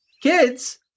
Kids